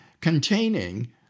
containing